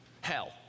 hell